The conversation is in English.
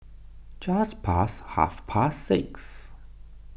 just past half past six